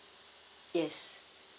yes